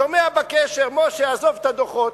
שומע בקשר: משה עזוב את הדוחות,